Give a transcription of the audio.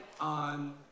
on